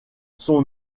son